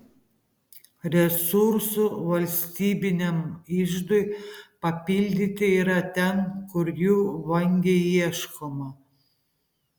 resursų valstybiniam iždui papildyti yra ten kur jų vangiai ieškoma